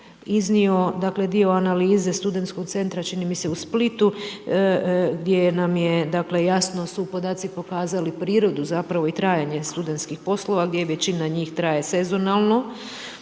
iznio dio analize SC čini mi se u Splitu, gdje nam je jasno da su podaci pokazali prirodu zapravo i trajanje studentskih poslova gdje većina njih traje sezonalno,